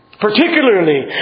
Particularly